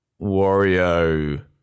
Wario